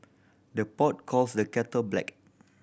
the pot calls the kettle black